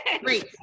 Great